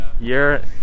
year